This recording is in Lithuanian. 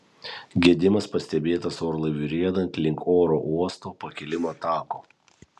gedimas pastebėtas orlaiviui riedant link oro uosto pakilimo tako